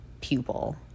pupil